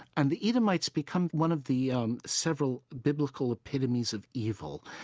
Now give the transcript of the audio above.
and the edomites become one of the um several biblical epitomes of evil,